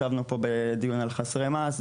ישבנו פה בדיון על חסרי מעש,